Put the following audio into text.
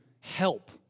help